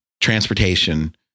transportation